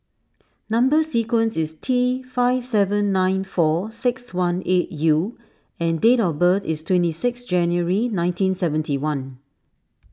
Number Sequence is T five seven nine four six one eight U and date of birth is twenty six January nineteen seventy one